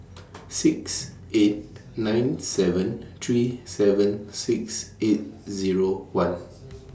six eight nine seven three seven six eight Zero one